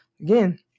again